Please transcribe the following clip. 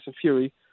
Fury